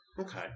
Okay